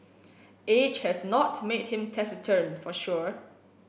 age has not made him taciturn for sure